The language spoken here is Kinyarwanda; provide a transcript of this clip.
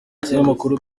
ikinyamakuru